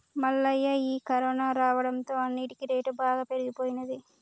మల్లయ్య ఈ కరోనా రావడంతో అన్నిటికీ రేటు బాగా పెరిగిపోయినది